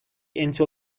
into